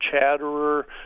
Chatterer